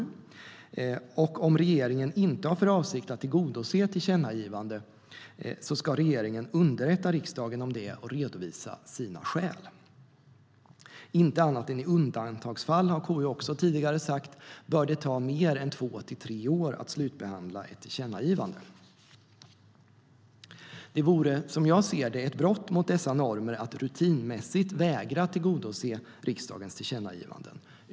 Om regeringen inte har för avsikt att tillgodose ett tillkännagivande ska regeringen underrätta riksdagen om det och redovisa sina skäl. KU har också tidigare sagt att det inte annat än i undantagsfall bör ta längre tid än två till tre år att slutbehandla ett tillkännagivande. Det vore som jag ser det ett brott mot dessa normer att rutinmässigt vägra att tillgodose riksdagens tillkännagivanden.